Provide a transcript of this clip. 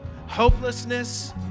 hopelessness